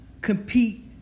compete